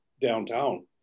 downtown